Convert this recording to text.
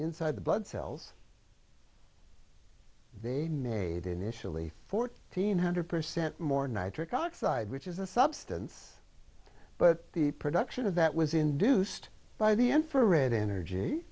inside the blood cells they nade initially fourteen hundred percent more nitric oxide which is a substance but the production of that was induced by the infrared energy